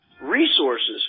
resources